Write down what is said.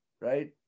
right